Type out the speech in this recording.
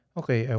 okay